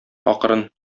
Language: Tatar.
акрын